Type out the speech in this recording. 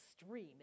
extreme